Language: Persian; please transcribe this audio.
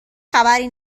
خبری